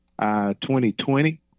2020